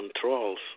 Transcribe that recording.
controls